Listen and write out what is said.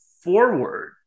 forward